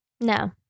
No